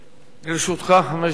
לרשותך חמש דקות.